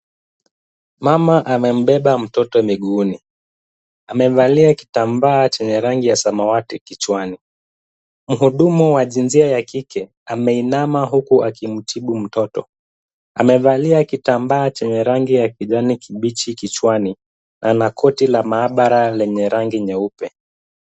Mama amembeba mtoto miguuni. Amevalia kitambaa chenye rangi ya samawati kichwani. Mhudumu wa jinsia ya kike ameinama huku akimtibu mtoto. Amevalia kitambaa chenye rangi ya kijani kibichi kichwani na ana koti la maabara lenye rangi nyeupe.